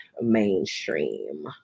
mainstream